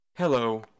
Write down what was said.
Hello